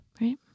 Right